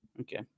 okay